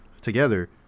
together